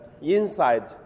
inside